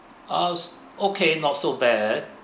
uh okay not so bad